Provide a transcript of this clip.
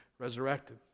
resurrected